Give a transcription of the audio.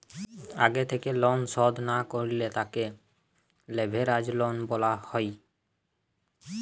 আগে থেক্যে লন শধ না করলে তাকে লেভেরাজ লন বলা হ্যয়